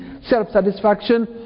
self-satisfaction